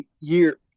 year